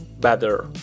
better